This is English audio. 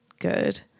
good